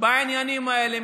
בעניינים האלה.